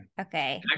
Okay